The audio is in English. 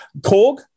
Korg